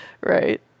Right